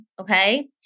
okay